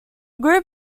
group